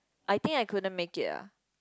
I think I couldn't make it ah